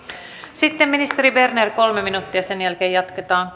sitten ministeri berner kolme minuuttia ja sen jälkeen jatketaan